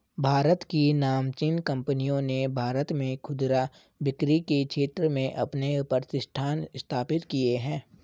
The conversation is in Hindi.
भारत की नामचीन कंपनियों ने भारत में खुदरा बिक्री के क्षेत्र में अपने प्रतिष्ठान स्थापित किए हैं